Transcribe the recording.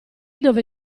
dove